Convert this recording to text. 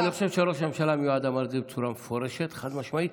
אני חושב שראש הממשלה המיועד אמר את זה בצורה מפורשת וחד-משמעית,